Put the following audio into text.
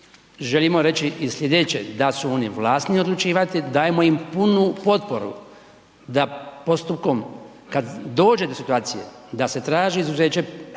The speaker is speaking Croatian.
želimo reći i slijedeće, da su oni vlasni odlučivati, dajemo im punu potporu da postupkom kad dođe do situacije pojedinog člana